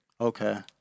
Okay